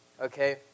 okay